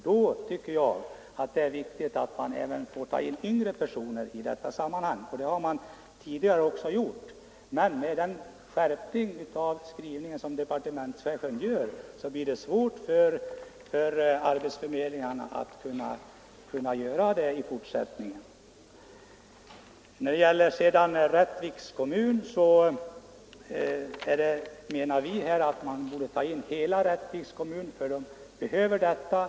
Då är det viktigt att man även får ta in yngre, och det har man också gjort tidigare. Med den skärpning av skrivningen som departementschefen gör blir det dock svårt för arbetsförmedlingarna att göra det i fortsättningen. Vad gäller Rättviks kommun menar vi att man borde ta in hela kommunen i det inre stödområdet.